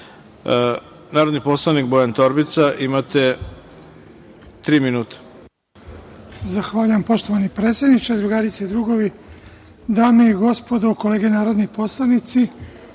poslanik Bojan Torbica, imate tri minuta.